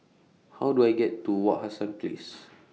How Do I get to Wak Hassan Place